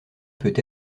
peut